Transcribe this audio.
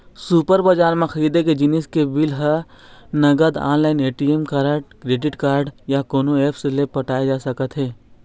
super बजार म खरीदे जिनिस के बिल ह नगद, online, ATM card, credit card या कोनो ऐप्स ले पटाए जा सकत हे